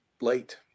late